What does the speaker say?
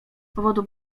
powodu